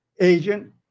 Agent